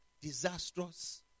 disastrous